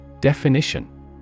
Definition